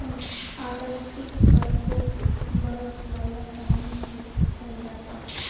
Antarctic पर खूबे बरफ वाला पानी के भंडार बा